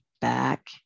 back